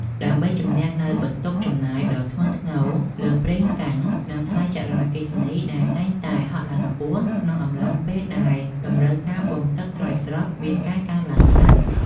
ដើម្បីជម្នះនូវបន្ទុកចំណាយដ៏ធ្ងន់ធ្ងរលើប្រេងសាំង និងថ្លៃចរន្តអគ្គិសនីដែលតែងតែហក់ឡើងខ្ពស់ក្នុងអំឡុងពេលដែលតម្រូវការបូមទឹកស្រោចស្រពមានការកើនឡើងខ្លាំង។